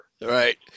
Right